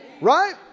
Right